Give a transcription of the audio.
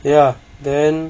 ya then